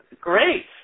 Great